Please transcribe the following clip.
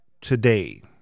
today